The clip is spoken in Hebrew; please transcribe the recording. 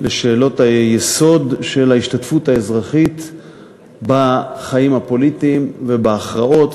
בשאלות היסוד של ההשתתפות האזרחית בחיים הפוליטיים ובהכרעות.